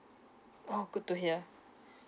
oh good to hear